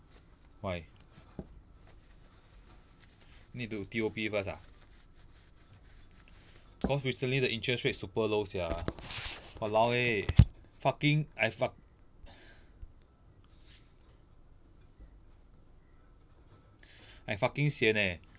why need to T_O_P first ah cause recently the interest rate super low sia !walao! eh fucking I fuck I fucking sian eh